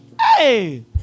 Hey